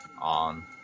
on